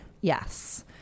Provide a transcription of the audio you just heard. Yes